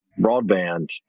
Broadband